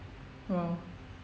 !whoa!